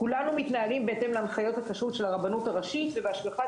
כולנו מתנהלים בהתאם להנחיות הכשרות של הרבנות הראשית ובהשגחת